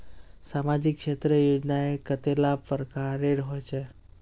सामाजिक क्षेत्र योजनाएँ कतेला प्रकारेर होचे?